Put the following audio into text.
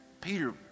Peter